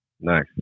Nice